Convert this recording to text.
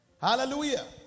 Hallelujah